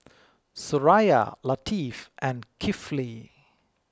Suraya Latif and Kifli